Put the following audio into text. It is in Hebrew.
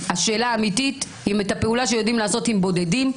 השאלה האמיתית אם הפעולה שיודעים לעשות עם בודדים,